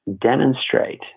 demonstrate